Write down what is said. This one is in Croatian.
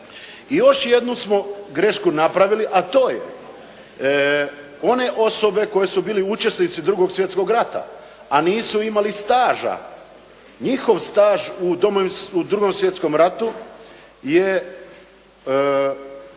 još jednu smo grešku napravili, a to je one osobe koje su bile učesnici 2. svjetskog rata a nisu imali staža, njihov staž u 2. svjetskom ratu je